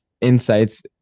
insights